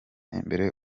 imbere